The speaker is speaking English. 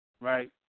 right